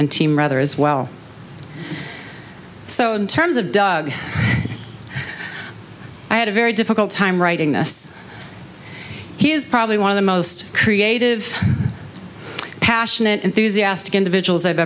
and team rather as well so in terms of doug i had a very difficult time writing this he is probably one of the most creative passionate enthusiastic individuals i've